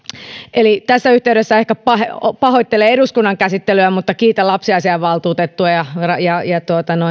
eli tässä yhteydessä ehkä pahoittelen eduskunnan käsittelyä mutta kiitän lapsiasiainvaltuutettua ja ja